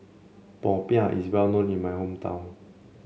Popiah is well known in my hometown